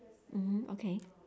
mmhmm okay